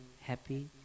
happy